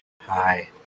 Hi